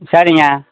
சரிங்க